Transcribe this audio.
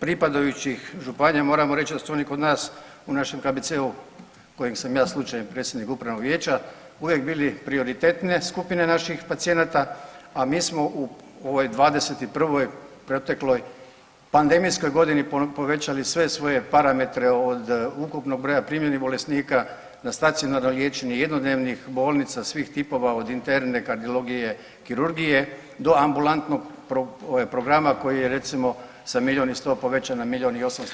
pripadajućih županija moramo reći da su oni kod nas u našem KBC-u kojem sam ja slučajem predsjednik upravnog vijeća, uvijek bili prioritetne skupine naših pacijenata, a mi smo u ovoj '21. protekloj pandemijskoj godini povećali sve svoje parametre od ukupnog broja primljenih bolesnika na stacionarno liječenje, jednodnevnih bolnica svih tipova od interne, kardiologije, kirurgije do ambulantnog ovaj programa koji je recimo sa milion i 100 povećan na milion i 800 tisuća što znači